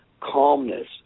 Calmness